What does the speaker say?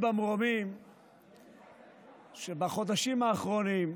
פגעתם בחרדים.